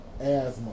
asthma